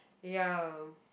ya